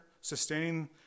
sustaining